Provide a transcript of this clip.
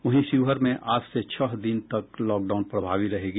वही शिवहर में आज से छह दिन तक लॉकडाउन प्रभावी रहेगी